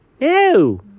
No